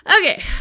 Okay